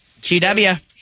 GW